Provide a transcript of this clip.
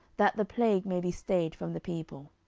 that the plague may be stayed from the people.